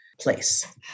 place